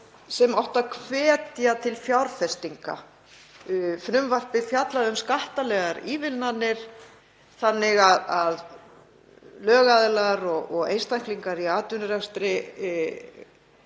sem átti að hvetja til fjárfestinga. Frumvarpið fjallaði um skattalegar ívilnanir þannig að lögaðilar og einstaklingar í atvinnurekstri